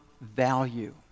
value